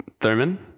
Thurman